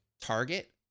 target